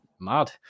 Mad